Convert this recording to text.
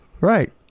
right